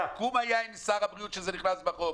הסיכום עם שר הבריאות שזה נכנס בחוק.